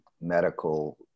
medical